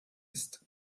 ist